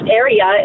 area